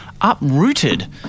uprooted